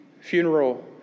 funeral